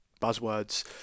buzzwords